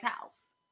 house